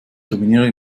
dominieren